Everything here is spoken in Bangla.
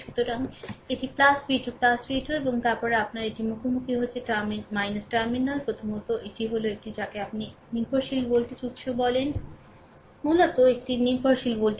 সুতরাং এটি v2 v2 এবং তারপরে আপনার এটির মুখোমুখি হচ্ছে টার্মিনাল প্রথমত এটি হল এটি যাকে আপনি একে নির্ভরশীল ভোল্টেজ উত্স বলে মূলত একটি নির্ভরশীল ভোল্টেজ উত্স